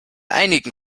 einigen